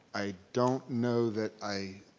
i don't know that i,